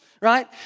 right